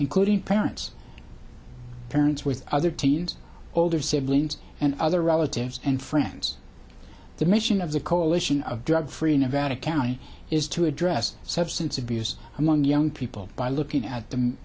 including parents parents with other teens older siblings and other relatives and friends the mission of the coalition of drug free nevada county is to address substance abuse among young people by looking at the